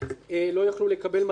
לא יוכלו לקבל מתנות,